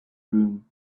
room